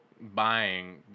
buying